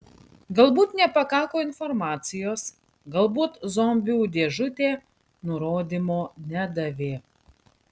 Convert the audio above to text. galbūt nepakako informacijos galbūt zombių dėžutė nurodymo nedavė